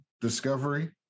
Discovery